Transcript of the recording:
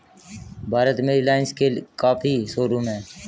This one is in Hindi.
भारत में रिलाइन्स के काफी शोरूम हैं